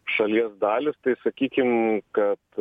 šalies dalys tai sakykim kad